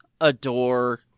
adore